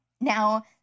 Now